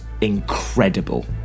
incredible